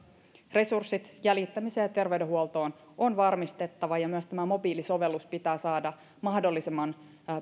resurssit jäljittämiseen ja terveydenhuoltoon on varmistettava ja myös tämä mobiilisovellus pitää saada mahdollisimman